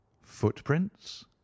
footprints